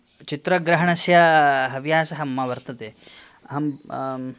चित्रग्रहणस्य हव्यासः मम वर्तते अहं